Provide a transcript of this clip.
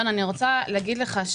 אני רוצה להגיד לך,